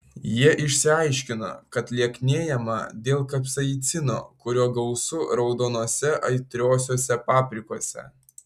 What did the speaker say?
jie išsiaiškino kad lieknėjama dėl kapsaicino kurio gausu raudonose aitriosiose paprikose